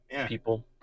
people